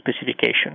specification